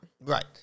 Right